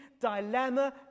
dilemma